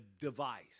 device